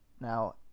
now